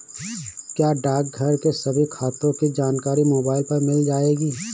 क्या डाकघर के सभी खातों की जानकारी मोबाइल पर मिल जाएगी?